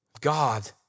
God